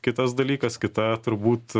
kitas dalykas kita turbūt